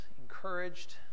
encouraged